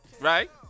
right